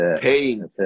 paying